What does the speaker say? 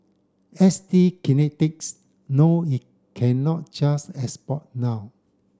S T Kinetics know it cannot just export now